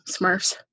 Smurfs